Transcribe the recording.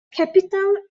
capital